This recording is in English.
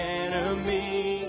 enemy